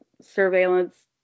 surveillance